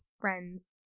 friends